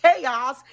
chaos